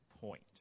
point